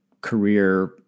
career